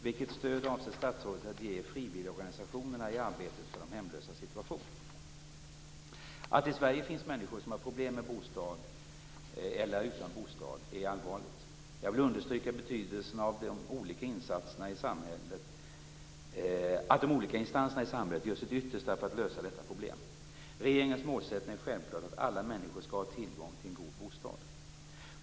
Att det i Sverige finns människor som har problem med bostad eller är utan bostad är allvarligt. Jag vill understryka betydelsen av att de olika instanserna i samhället gör sitt yttersta för att lösa detta problem. Regeringens målsättning är självklart att alla människor skall ha tillgång till en god bostad.